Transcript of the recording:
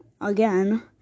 again